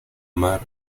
mar